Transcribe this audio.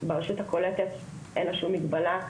ברשות הקולטת אין שום מגבלה,